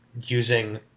using